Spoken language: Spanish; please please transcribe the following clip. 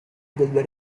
volver